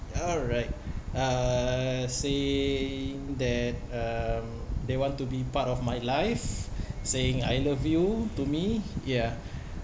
alright uh saying that um they want to be part of my life saying I love you to me ya